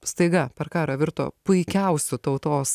staiga per karą virto puikiausiu tautos